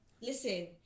listen